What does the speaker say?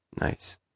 Nice